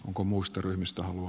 aikomus tornista voi